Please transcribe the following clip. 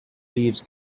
leaves